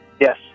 Yes